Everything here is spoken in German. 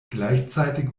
gleichzeitig